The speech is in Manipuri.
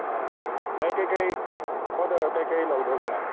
ꯑꯣ ꯅꯣꯏ ꯀꯩꯀꯩ ꯑꯣꯔꯗꯔ ꯀꯩꯀꯩ ꯂꯧꯗꯧꯒꯤꯅꯣ